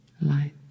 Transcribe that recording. Light